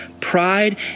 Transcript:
pride